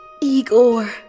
Igor